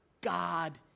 God